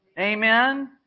Amen